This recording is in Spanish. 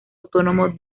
autónomo